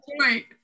right